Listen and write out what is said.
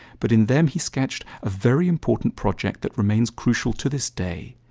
but in them he sketched a very important project that remains crucial to this day.